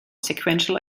sequential